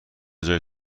جای